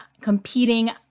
competing